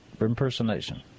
impersonation